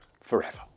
forever